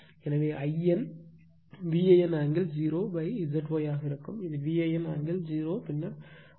எனவே In VAN angle 0 ZY ஆக இருக்கும் இது VAN ஆங்கிள் 0 பின்னர் z